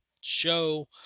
show